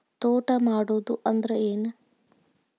ತೋಟ ಮಾಡುದು ಅಂದ್ರ ಏನ್?